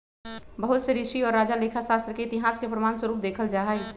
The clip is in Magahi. बहुत से ऋषि और राजा लेखा शास्त्र के इतिहास के प्रमाण स्वरूप देखल जाहई